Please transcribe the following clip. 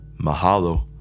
Mahalo